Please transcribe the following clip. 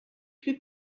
plus